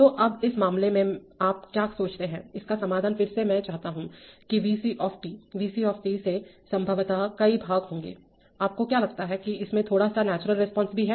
तो अब इस मामले में आप क्या सोचते हैं इसका समाधान फिर से मैं चाहता हूं कि V c off t V c off t में संभवतः कई भाग होंगे आपको क्या लगता है कि इसमें थोड़ा सा नेचुरल रिस्पांस भी है